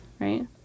Right